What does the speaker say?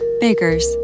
Baker's